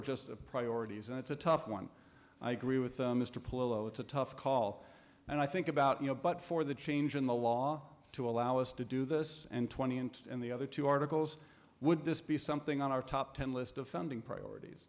of just priorities and it's a tough one i agree with them is to pull oh it's a tough call and i think about you know but for the change in the law to allow us to do this and twenty and the other two articles would this be something on our top ten list of funding priorities